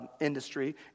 industry